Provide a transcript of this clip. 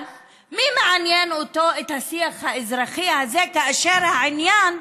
אבל את מי מעניין השיח האזרחי הזה כאשר העניין,